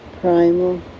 primal